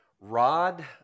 rod